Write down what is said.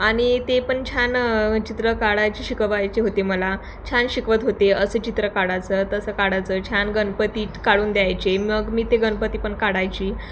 आणि ते पण छान चित्र काढायचे शिकवायचे होते मला छान शिकवत होते असं चित्र काढायचं तसं काढायचं छान गणपती काढून द्यायचे मग मी ते गणपती पण काढायची